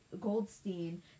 Goldstein